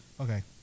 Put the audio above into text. Okay